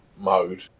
mode